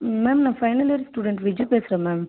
ma'am நான் final year student Viji பேசுகிறேன் ma'am